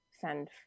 send